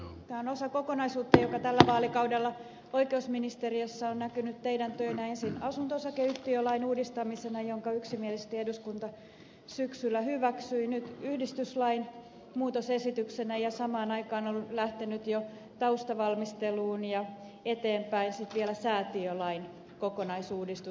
tämä on osa kokonaisuutta joka tällä vaalikaudella oikeusministeriössä on näkynyt teidän töinänne ensin asunto osakeyhtiölain uudistamisena jonka yksimielisesti eduskunta syksyllä hyväksyi nyt yhdistyslain muutosesityksenä ja samaan aikaan on lähtenyt jo taustavalmisteluun ja eteenpäin vielä säätiölain kokonaisuudistus